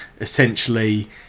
essentially